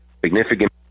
significant